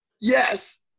yes